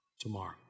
Tomorrow